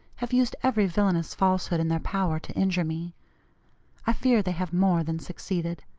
have used every villanous falsehood in their power to injure me i fear they have more than succeeded,